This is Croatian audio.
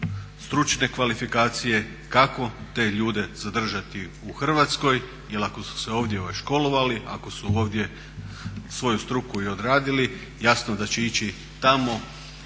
stručne kvalifikacije kako te ljude zadržati u Hrvatskoj jer ako su se ovdje školovali, ako su ovdje svoju struku odradili jasno da će ići tamo